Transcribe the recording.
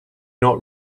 not